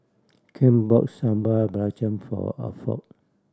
Ken bought Sambal Belacan for Alford